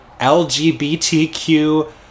lgbtq